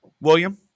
William